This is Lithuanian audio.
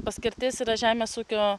paskirtis yra žemės ūkio